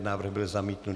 Návrh byl zamítnut.